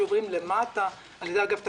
שעוברים למטה על ידי אגף התקציבים,